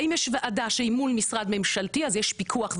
האם יש ועדה שהיא מול משרד ממשלתי אז יש פיקוח ומקצועיות?